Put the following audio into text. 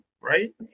right